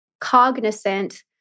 cognizant